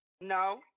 No